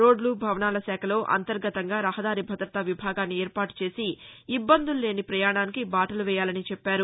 రోడ్లు భవనాల శాఖలో అంతర్గతంగా రహదారి భద్రత విభాగాన్ని ఏర్పాటు చేసి ఇబ్బందుల్లేని పయాణానికి బాటలు వేయాలని చెప్పారు